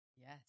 yes